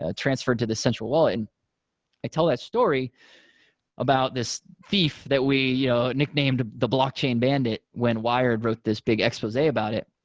ah transferred to this central wallet. and i tell that story about this thief that we nicknamed the blockchain bandit when wired wrote this big expose about it.